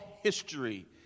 history